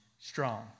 strong